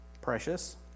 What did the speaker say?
precious